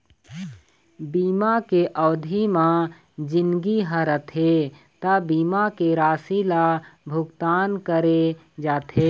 बीमा के अबधि म जिनगी ह रथे त बीमा के राशि ल भुगतान करे जाथे